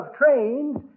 trains